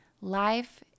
life